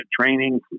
training